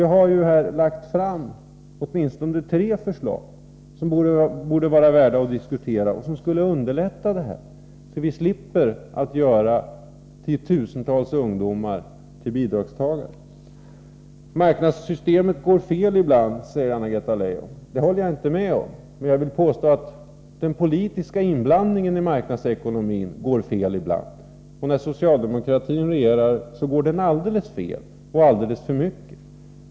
Jag har här lagt fram åtminstone tre förslag som borde vara värda att diskutera och som skulle underlätta detta, så att vi slapp göra tiotusentals ungdomar till bidragstagare. Marknadssystemet går fel ibland, säger Anna-Greta Leijon. Det håller jag inte med om! Jag vill påstå att den politiska inblandningen i marknadsekonomin slår fel ibland. När socialdemokratin regerar slår den alldeles fel och blir alldeles för omfattande.